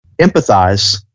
Empathize